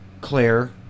Claire